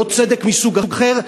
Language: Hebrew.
לא צדק מסוג אחר,